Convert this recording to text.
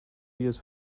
videos